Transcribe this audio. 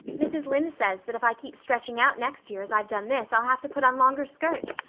mrs. lynde says that if i keep stretching out next year as i've done this i'll have to put on longer skirts.